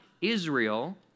Israel